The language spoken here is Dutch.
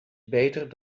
beter